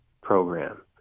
Program